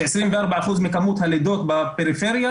ש-24% מכמות הלידות בפריפריה,